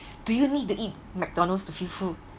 do you need to eat McDonald's to feel full